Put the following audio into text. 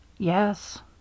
Yes